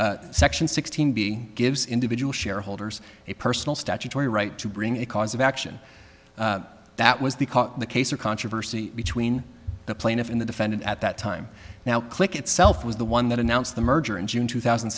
point section sixteen b gives individual shareholders a personal statutory right to bring a cause of action that was the cause of the case or controversy between the plaintiff in the defendant at that time now click itself was the one that announced the merger in june two thousand